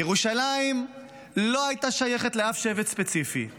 ירושלים לא הייתה שייכת לאף שבט ספציפי,